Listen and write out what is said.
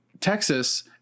texas